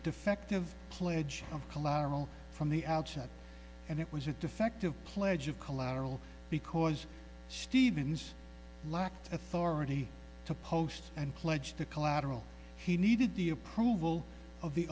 defective pledge of collateral from the outset and it was a defective pledge of collateral because stevens lacked authority to post and pledged the collateral he needed the approval of the